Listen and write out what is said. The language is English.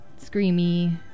screamy